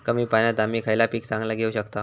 कमी पाण्यात आम्ही खयला पीक चांगला घेव शकताव?